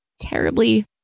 terribly